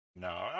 no